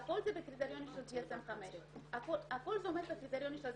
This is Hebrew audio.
והכל זה בקריטריונים של DSM5. הכל עומד בקריטריונים האלה.